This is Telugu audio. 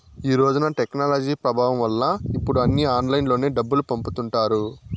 ఈ రోజున టెక్నాలజీ ప్రభావం వల్ల ఇప్పుడు అన్నీ ఆన్లైన్లోనే డబ్బులు పంపుతుంటారు